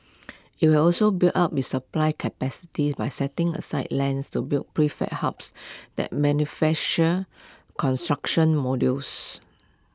IT will also build up its supply capacity by setting aside lands to build prefab hubs that manufacture construction modules